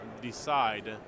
decide